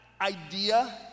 idea